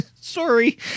Sorry